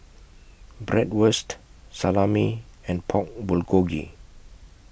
Bratwurst Salami and Pork Bulgogi